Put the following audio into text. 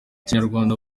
kinyarwanda